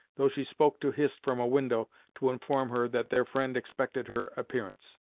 though she spoke to hist from a window, to inform her that their friend expected her appearance.